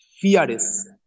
fearless